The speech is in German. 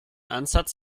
ansatz